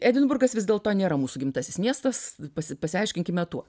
edinburgas vis dėlto nėra mūsų gimtasis miestas pasi pasiaiškinkime tuo